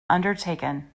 undertaken